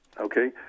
Okay